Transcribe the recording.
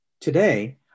today